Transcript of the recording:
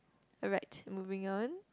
alright moving on